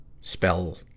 Spell